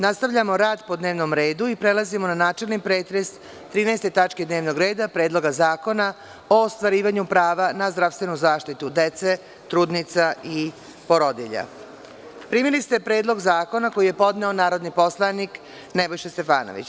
Nastavljamo rad po dnevnom redu i prelazimo na načelni pretres 13. tačke dnevnog reda – PREDLOGA ZAKONA O OSTVARIVANjU PRAVA NA ZDRAVSTVENU ZAŠTITU DECE, TRUDNICA I PORODILjA Primili ste Predlog zakona koji je podneo narodni poslanik Nebojša Stefanović.